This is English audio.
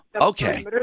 okay